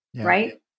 right